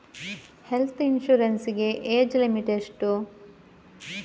Health insurance ಗೆ age limit ಎಷ್ಟು?